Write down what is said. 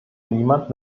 niemand